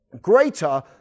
greater